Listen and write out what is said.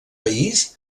país